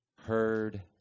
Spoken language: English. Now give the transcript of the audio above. heard